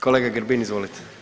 Kolega Grbin, izvolite.